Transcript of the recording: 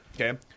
Okay